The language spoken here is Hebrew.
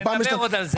נדבר על זה.